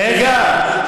רגע.